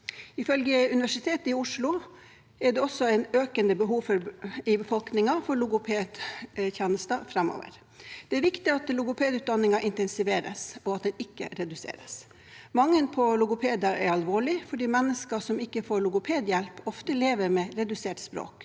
Ifølge Universitetet i Oslo er det også et økende behov i befolkningen for logopedtjenester framover. Det er viktig at logopedutdanningen intensiveres, og at den ikke reduseres. Mangelen på logopeder er alvorlig fordi mennesker som ikke får logopedhjelp, ofte lever med redusert språk.